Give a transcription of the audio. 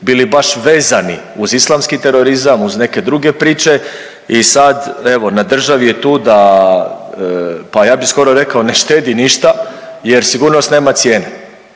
bili baš vezani uz islamski terorizam, uz neke druge priče i sad, evo, na državi je tu da, pa ja bih skoro rekao, ne štedi ništa jer sigurnost nema cijene.